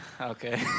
Okay